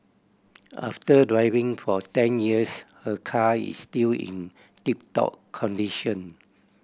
after driving for ten years her car is still in tip top condition